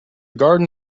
garden